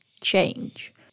change